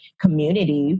community